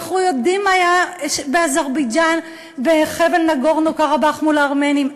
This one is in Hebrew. ואנחנו יודעים מה היה באזרבייג'ן בחבל נגורנו-קרבאך מול הארמנים.